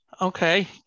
Okay